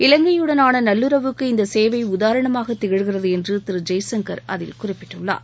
இலங்கையுடனாள நல்லுறவுக்கு இந்த சேவை உதாரணமாக திகழ்கிறது என்று திரு ஜெய்சங்கர் அதில் குறிப்பிட்டார்